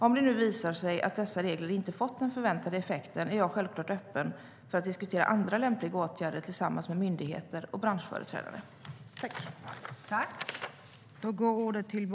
Om det nu visar sig att dessa regler inte fått den förväntade effekten är jag självklart öppen för att diskutera andra lämpliga åtgärder tillsammans med myndigheter och branschföreträdare.